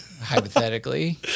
hypothetically